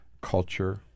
culture